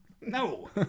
No